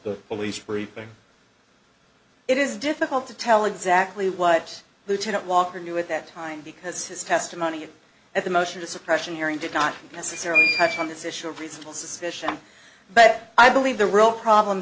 report it is difficult to tell exactly what lieutenant walker knew at that time because his testimony at the motion the suppression hearing did not necessarily touch on this issue of reasonable suspicion but i believe the real problem